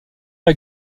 pas